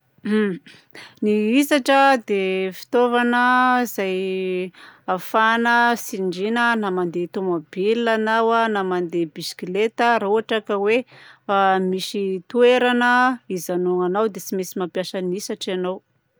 Ny hisatra dia fitaovana izay ahafahana tsindrina na mandeha tomobile anao na mandeha bisikileta raha ohatra ka hoe misy toerana hijanonanao dia tsy maintsy mampiasa ny hisatra ianao.